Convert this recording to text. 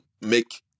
make